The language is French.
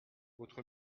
votre